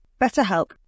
BetterHelp